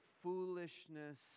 foolishness